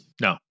No